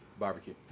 barbecue